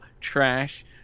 trash